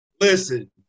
Listen